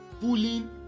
pulling